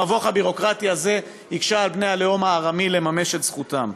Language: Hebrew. המבוך הביורוקרטי הזה הקשה על בני הלאום הארמי לממש את זכותם.